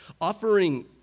offering